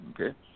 okay